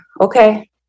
okay